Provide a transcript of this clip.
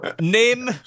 name